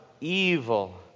evil